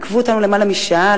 עיכבו אותנו למעלה משעה,